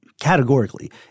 categorically